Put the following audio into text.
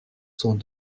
sont